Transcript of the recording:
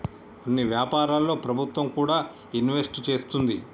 కొన్ని వ్యాపారాల్లో ప్రభుత్వం కూడా ఇన్వెస్ట్ చేస్తుంది